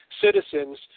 citizens